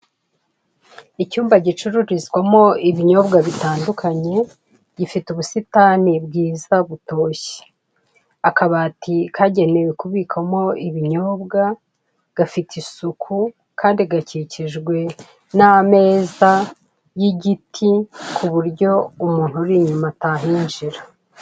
Icyumba gicururizwamo ibinyobwa bitandukanye gifite ubusitani bwiza butoshye, akabati kagenewe kubikwamo ibinyobwa gafite isuku kandi gakikijwe n'ameza y'igiti ku buryo umuntu uri inyuma atahinjira.